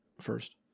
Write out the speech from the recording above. first